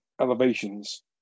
elevations